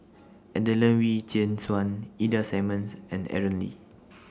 Adelene Wee Chin Suan Ida Simmons and Aaron Lee